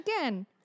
again